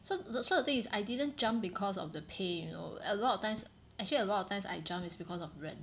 so so the thing is I didn't jump because of the pay you know a lot of times actually a lot of times I jump is because of 人